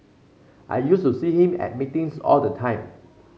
I used to see him at meetings all the time